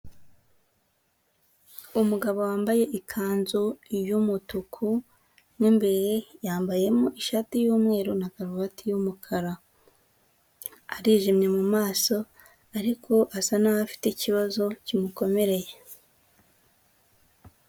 Umugabo wambaye ikanzu y'umutuku, mo imbere yambayemo ishati y'umweru na karuvati y'umukara, arijimye mu maso ariko asa n'aho afite ikibazo kimukomereye.